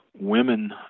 women